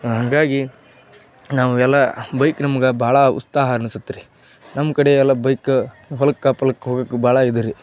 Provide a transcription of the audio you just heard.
ಹಾಗಾಗಿ ನಾವು ಎಲ್ಲ ಬೈಕ್ ನಮ್ಗೆ ಭಾಳ ಉತ್ಸಾಹ ಅನಿಸುತ್ರಿ ನಮ್ಮ ಕಡೆ ಎಲ್ಲ ಬೈಕು ಹೊಲಕ್ಕೆ ಪಲುಕ್ಕೆ ಹೋಗಕ್ಕೆ ಭಾಳ ಇದು ರಿ